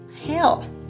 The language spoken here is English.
hell